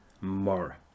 more